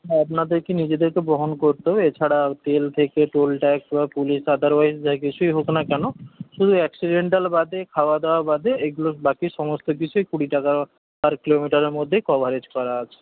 আপনাদের কে নিজেদের কে বহন করতে হবে এছাড়া তেল থেকে টোল ট্যাক্স বা পুলিশ আদারওয়াইস যা কিছুই হোক না কেন শুধু অ্যাক্সিডেন্টাল বাদে খাওয়া দাওয়া বাদে এগুলো বাকি সমস্ত কিছুই কুড়ি টাকা পার কিলোমিটারের মধ্যেই কভারেজ করা আছে